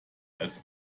als